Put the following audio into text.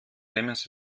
clemens